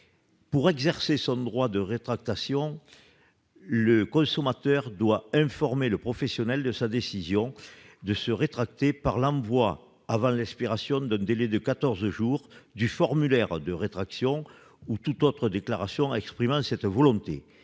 Pour exercer son droit de rétractation, le consommateur doit informer le professionnel de sa décision de se rétracter par l'envoi, avant l'expiration d'un délai de quatorze jours, du formulaire de rétractation ou de toute autre déclaration exprimant cette volonté.